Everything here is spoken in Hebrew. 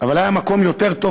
אבל היה מקום יותר טוב,